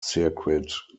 circuit